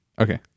Okay